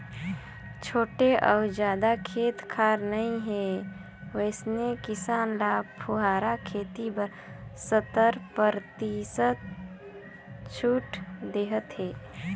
छोटे अउ जादा खेत खार नइ हे वइसने किसान ल फुहारा खेती बर सत्तर परतिसत छूट देहत हे